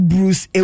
Bruce